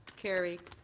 carried.